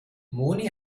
moni